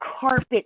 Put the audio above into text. carpet